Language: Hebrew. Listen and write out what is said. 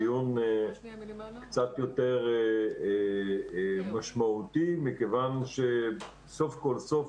דיון קצת יותר משמעותי מכיוון שסוף כל סוף,